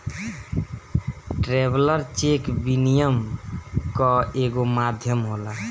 traveller cheque विनिमय कअ एगो माध्यम होला